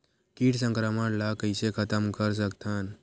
कीट संक्रमण ला कइसे खतम कर सकथन?